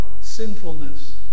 sinfulness